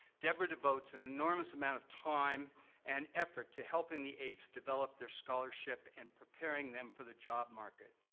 deborah devotes an enormous amount of time and effort to helping the aaps develop their scholarship and preparing them for the job market.